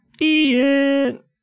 Ian